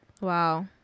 Wow